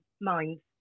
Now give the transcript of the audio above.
minds